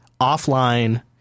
offline